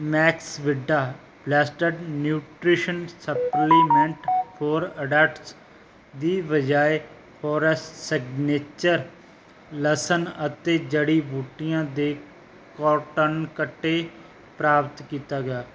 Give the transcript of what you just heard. Maxvida balanced nutrition supplement for adults ਦੀ ਬਜਾਏ fresh signature ਲਸਣ ਅਤੇ ਜੜੀ ਬੂਟੀਆਂ ਦੇ ਕਰੌਟੌਨ ਕੱਟੇ ਪ੍ਰਾਪਤ ਕੀਤਾ ਗਿਆ ਹੈ